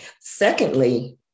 Secondly